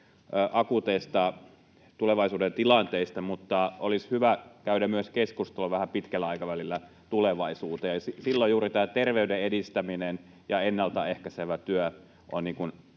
akuuteista tulevaisuuden tilanteista, mutta olisi hyvä käydä keskustelua myös vähän pidemmälle tulevaisuuteen. Silloin juuri tämä terveyden edistäminen ja ennalta ehkäisevä työ on